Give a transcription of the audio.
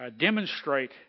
demonstrate